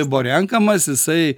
buvo renkamas jisai